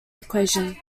equation